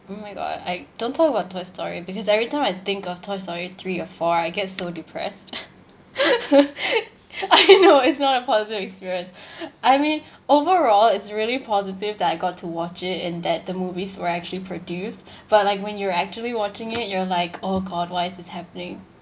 oh my god I don't talk about toy story because every time I think of toy story three or four I get so depressed I know it's not a positive experience I mean overall it's really positive that I got to watch it in that the movies were actually produced for like when you're actually watching it you are like oh god why is this happening